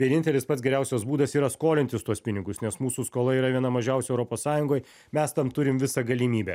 vienintelis pats geriausias būdas yra skolintis tuos pinigus nes mūsų skola yra viena mažiausių europos sąjungoj mes tam turim visą galimybę